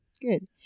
good